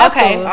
Okay